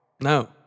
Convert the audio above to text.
No